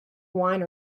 wine